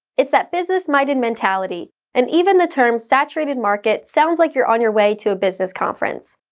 it's that business-minded mentality and even the term saturated market sounds like you're on your way to a business conference.